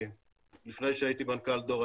לפני שהייתי מנכ"ל דור,